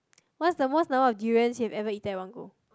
what's the most number of durians you ever eaten at one go